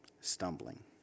stumbling